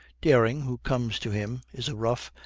dering, who comes to him, is a rough,